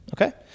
Okay